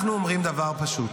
אנחנו אומרים דבר פשוט: